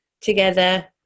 together